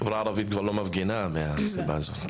החברה הערבית כבר לא מפגינה מהסיבה הזאת.